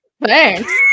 Thanks